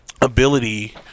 ability